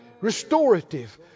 Restorative